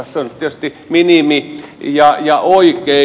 se on nyt tietysti minimi ja oikein